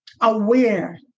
aware